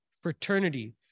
fraternity